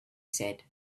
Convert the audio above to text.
said